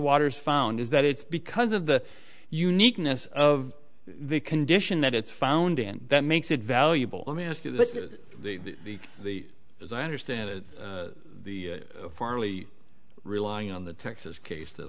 waters found is that it's because of the uniqueness of the condition that it's found in that makes it valuable let me ask you but the the as i understand it the farley relying on the texas case th